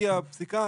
הגיעה הפסיקה,